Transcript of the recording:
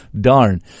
Darn